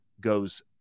goes